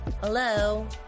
Hello